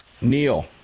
Neil